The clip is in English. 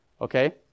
okay